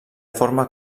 forma